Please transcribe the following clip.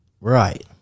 Right